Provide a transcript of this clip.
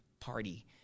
party